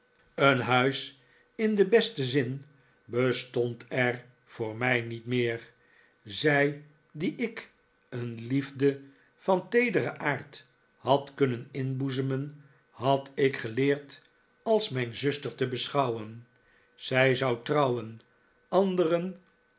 een thuis in den besten zin bestond er voor mij niet meer zij die ik een liefde van teederen aard had kunnen inboezemen had ik geleerd als mijn zuster te beschouwen zij zou trouwen anderen